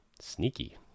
Sneaky